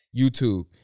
YouTube